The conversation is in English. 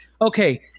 Okay